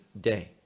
day